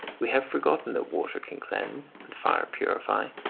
we have forgotten that water can cleanse, and fire purify,